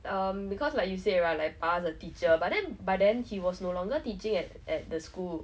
um because like you say right like pa's a teacher but then by then he was no longer teaching at at the school